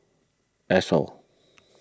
Esso